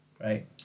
Right